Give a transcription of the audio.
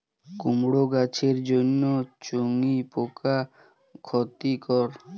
কুমড়ো গাছের জন্য চুঙ্গি পোকা ক্ষতিকর?